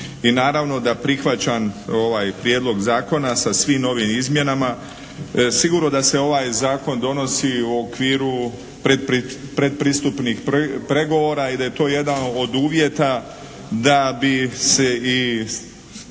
i naravno da prihvaćam ovaj Prijedlog zakona sa svim ovim izmjenama. Sigurno da se ovaj Zakon donosi u okviru predpristupnih pregovora i da je to jedan od uvjeta da bi se i